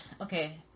okay